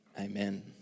amen